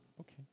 Okay